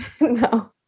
No